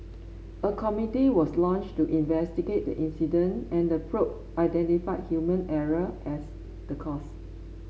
a committee was launched to investigate the incident and the probe identified human error as the cause